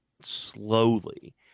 slowly